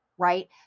right